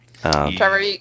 Trevor